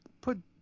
Put